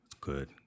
good